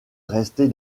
rester